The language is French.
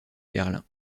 berlin